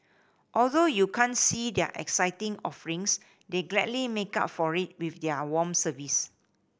although you can't see their exciting offerings they gladly make up for it with their warm service